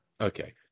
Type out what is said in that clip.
Okay